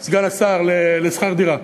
את הכסף הזה, סגן השר, לשכר דירה,